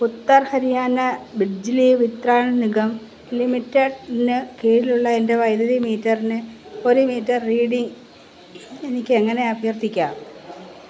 ഉത്തർ ഹരിയാന ബിജ്ലി വിത്രാൻ നിഗം ലിമിറ്റഡിന് കീഴിലുള്ള എൻ്റെ വൈദ്യുതി മീറ്ററിന് ഒരു മീറ്റർ റീഡിംഗ് എനിക്കെങ്ങനെ അഭ്യർത്ഥിക്കാം